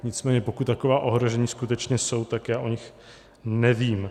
Nicméně pokud taková ohrožení skutečně jsou, tak o nich nevím.